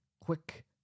quick